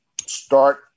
start